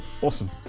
awesome